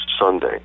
Sunday